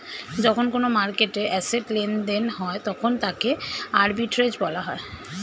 যখন কোনো মার্কেটে অ্যাসেট্ লেনদেন হয় তখন তাকে আর্বিট্রেজ বলা হয়